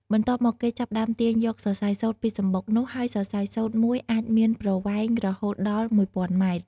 បន្ទាប់មក គេចាប់ផ្តើមទាញយកសរសៃសូត្រពីសំបុកនោះ ហើយសរសៃសូត្រមួយអាចមានប្រវែងរហូតដល់ ១០០០ ម៉ែត្រ។